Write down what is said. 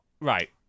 right